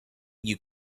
you